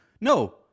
no